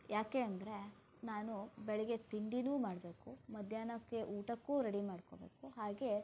ಯಾಕೆ ಅಂದರೆ ನಾನು ಬೆಳಗ್ಗೆ ತಿಂಡೀನೂ ಮಾಡಬೇಕು ಮಧ್ಯಾಹ್ನಕ್ಕೆ ಊಟಕ್ಕೂ ರೆಡಿ ಮಾಡ್ಕೊಳ್ಬೇಕು ಹಾಗೆ